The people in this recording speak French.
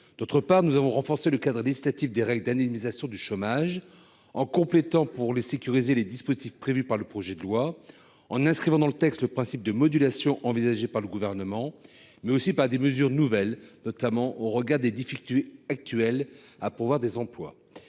Ensuite, nous avons renforcé le cadre législatif des règles d'indemnisation du chômage en complétant, pour les sécuriser, les dispositifs prévus par le projet de loi, en inscrivant dans le texte le principe de modulation envisagé par le Gouvernement, mais aussi en introduisant des mesures nouvelles, notamment au regard des difficultés de recrutement actuelles.